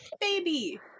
baby